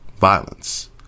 violence